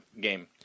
game